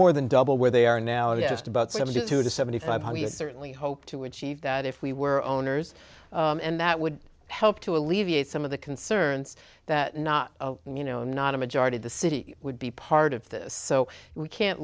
more than double where they are now it's just about subject to the seventy five hundred it's certainly hope to achieve that if we were owners and that would help to alleviate some of the concerns that not you know not a majority of the city would be part of this so we can't